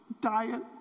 diet